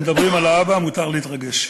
כשמדברים על האבא מותר להתרגש.